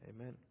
Amen